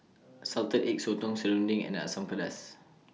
Salted Egg Sotong Serunding and Asam Pedas